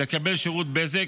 לקבל שירות בזק,